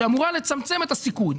שאמורה לצמצם את הסיכון.